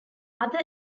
other